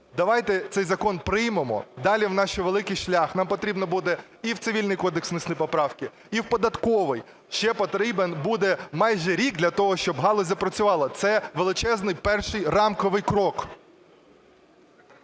давайте цей закон приймемо. Далі в нас ще великий шлях, нам потрібно буде і в Цивільний кодекс внести поправки, і в Податковий. Ще потрібен буде майже рік для того, щоб галузь запрацювала. Це величезний перший рамковий крок.